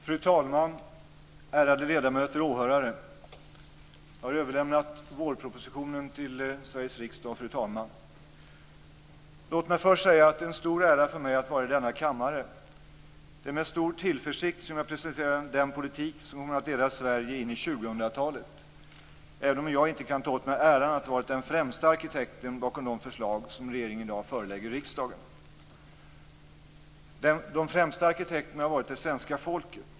Fru talman! Ärade ledamöter och åhörare! Jag har överlämnat vårpropositionen till Sveriges riksdag och fru talman. Låt mig först säga att det är en stor ära för mig att vara i denna kammare. Det är med stor tillförsikt som jag presenterar den politik som kommer att leda Sverige in i 2000-talet, även om jag inte kan ta åt mig äran av att ha varit den främsta arkitekten bakom de förslag som regeringen i dag förelägger riksdagen. Den främsta arkitekten har varit det svenska folket.